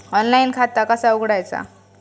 Online खाता कसा उघडायचा?